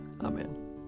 Amen